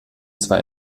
zwei